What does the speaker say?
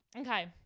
Okay